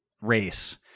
race